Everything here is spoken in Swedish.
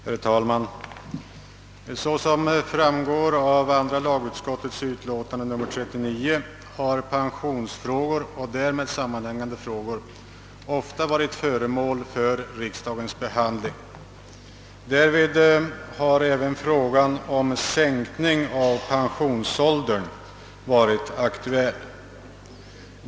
Herr talman! Såsom framgår av and ra lagutskottets utlåtande nr 39 har pensionsfrågor och därmed sammanhängande frågor ofta varit föremål för riksdagens behandling. Därvid har även frågan om sänkning av pensionsåldern varit aktuell.